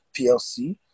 plc